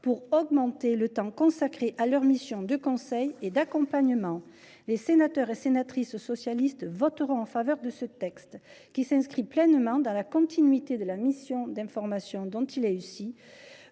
d’augmenter le temps qu’ils consacrent à leurs missions de conseil et d’accompagnement. Les sénateurs et sénatrices socialistes voteront en faveur de ce texte, qui s’inscrit pleinement dans la continuité de la mission d’information dont il est issu